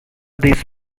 this